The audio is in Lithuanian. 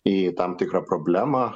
į tam tikrą problemą